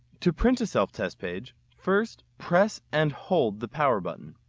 to print a self test page first press and hold the power button.